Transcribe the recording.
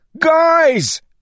Guys